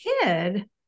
kid